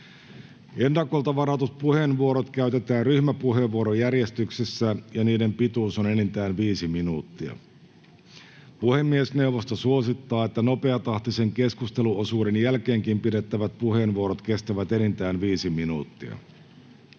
Ennakolta varatut puheenvuorot käytetään ryhmäpuheenvuorojärjestyksessä, ja niiden pituus on enintään viisi minuuttia. Puhemiesneuvosto suosittaa, että nopeatahtisen keskusteluosuuden jälkeenkin pidettävät puheenvuorot kestävät enintään viisi minuuttia.